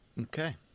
Okay